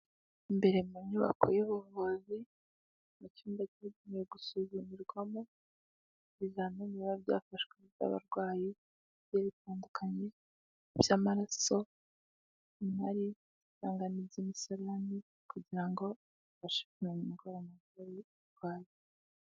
Imbere mu nyubako y'ubuvuzi, mu cyumba cyahariwe gusuzumirwamo ibizamini biba byafashwe by'abarwayi, bigiye bitandukanye, by'amaraso, inkari cyangwa n'iby'umusarane, kugira ngo bifashe kumenya icyo arwaye.